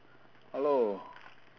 hello